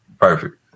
Perfect